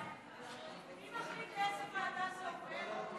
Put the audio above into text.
מי מחליט לאיזו ועדה זה עובר?